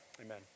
amen